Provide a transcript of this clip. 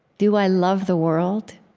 do i love the world?